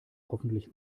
hoffentlich